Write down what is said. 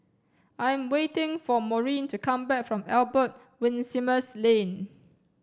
I am waiting for Maurine to come back from Albert Winsemius Lane